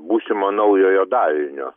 būsimo naujojo darinio